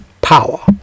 power